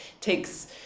takes